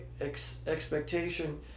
expectation